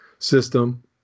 system